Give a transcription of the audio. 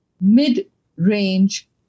mid-range